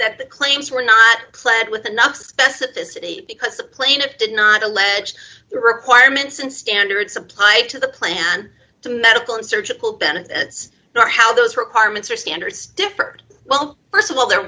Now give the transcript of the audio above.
that the claims were not clad with enough specificity because the plaintiff did not allege the requirements and standards applied to the plan to medical and surgical benefits nor how those requirements or standards differed well st of all they're